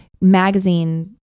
magazine